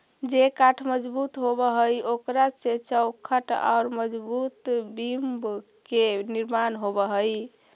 जे काष्ठ मजबूत होवऽ हई, ओकरा से चौखट औउर मजबूत बिम्ब के निर्माण होवऽ हई